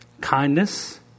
kindness